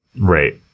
Right